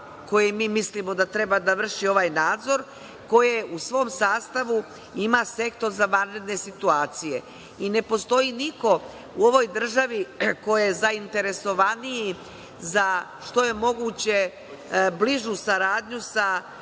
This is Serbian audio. koje mi mislimo da treba da vrši ovaj nadzor, koje u svom sastavu ima Sektor za vanredne situacije. I ne postoji niko u ovoj državi ko je zainteresovaniji za što je moguće bližu saradnju sa